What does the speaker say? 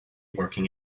working